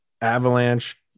avalanche